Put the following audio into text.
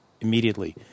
immediately